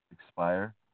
expire